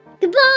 Goodbye